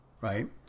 Right